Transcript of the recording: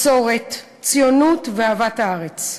מסורת, ציונות ואהבת הארץ,